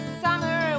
summer